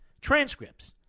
Transcripts